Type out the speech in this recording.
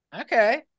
okay